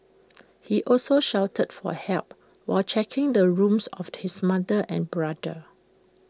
he also shouted for help while checking the rooms of his mother and brother